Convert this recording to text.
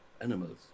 animals